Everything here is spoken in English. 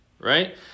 right